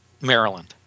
Maryland